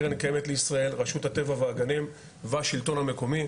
קרן קיימת לישראל ורשות הטבע והגנים והשלטון המקומי.